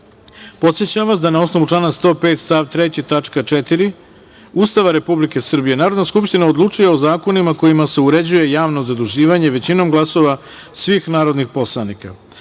podsećam vas da, na osnovu člana 105. stav 3. tačka 4. Ustava Republike Srbije, Narodna skupština odlučuje o zakonima kojima se uređuje javno zaduživanje većinom glasova svih narodnih poslanika.S